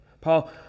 Paul